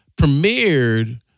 premiered